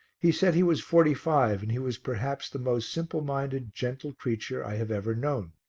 he said he was forty-five and he was perhaps the most simple-minded, gentle creature i have ever known.